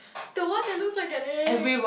the one that looks like an egg